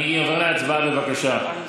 אני עובר להצבעה, בבקשה.